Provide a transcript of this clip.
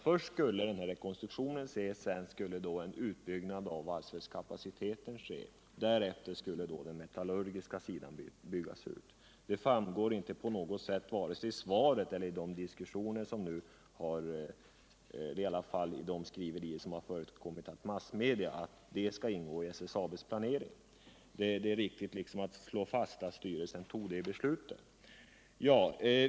Först skulle det ske en rekonstruktion, därefter en utbyggnad av valsverkskapaciteten och slutligen en metallurgisk utbyggnad i Luleå. Det framgår inte vare sig av svaret eller av de diskussioner eller skriverier som förekommit i massmedia att de sakerna ingick i SSAB:s planering, men det är viktigt att slå fast att styrelsen tog det beslutet.